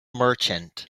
merchant